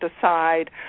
decide